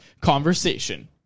Conversation